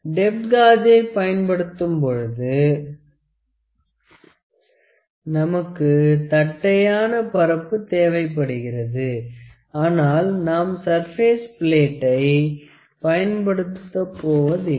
depth காஜை பயன்படுத்தும் பொழுது நமக்கு தட்டையான பரப்பு தேவைப்படுகிறது ஆனால் நாம் சர்ப்பேஸ் பிளேட்டை பயன்படுத்தப் போவதில்லை